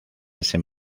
ese